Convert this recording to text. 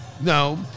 No